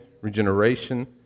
regeneration